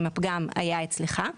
אם הפגם היה אצלך.